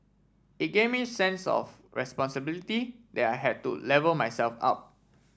it gave me a sense of responsibility that I had to level myself up